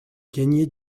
gagner